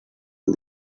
del